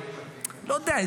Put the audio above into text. אני לא יודע,